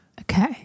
Okay